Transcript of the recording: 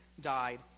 died